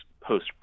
post